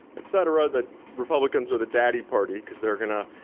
et cetera, that republicans are the daddy party because they're gonna